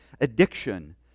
addiction